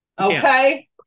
okay